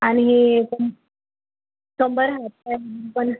आणि हे कंबर हात पाय पण